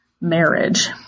marriage